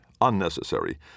unnecessary